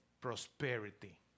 prosperity